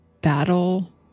battle